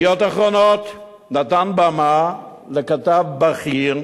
"ידיעות אחרונות" נתן במה לכתב בכיר,